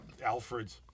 Alfreds